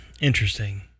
interesting